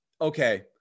okay